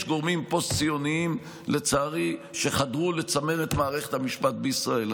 יש גורמים פוסט-ציוניים שחדרו לצמרת מערכת המשפט בישראל.